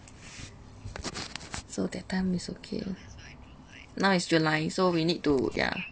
so that time is okay loh now is july so we need to yeah